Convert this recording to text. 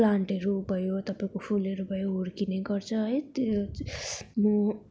प्लान्टहरू भयो तपाईँको फुलहरू भयो हुर्किने गर्छ है त्यो